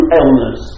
illness